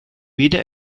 weder